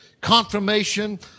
confirmation